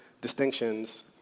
distinctions